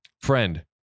Friend